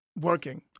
working